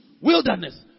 wilderness